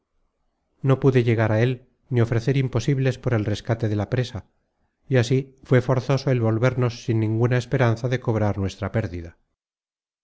no pude llegar á él ni ofrecer imposibles por el rescate de la presa y así fué forzoso el volvernos sin ninguna esperanza de cobrar nuestra pérdida